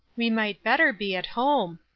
we might better be at home.